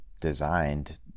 designed